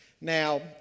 Now